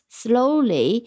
slowly